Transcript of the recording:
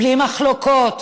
בלי מחלוקות,